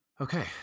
Okay